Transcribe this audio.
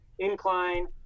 Incline